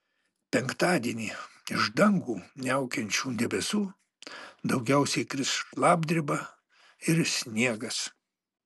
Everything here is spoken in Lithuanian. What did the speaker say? penktadienį iš dangų niaukiančių debesų daugiausiai kris šlapdriba ir sniegas